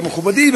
מכובדי,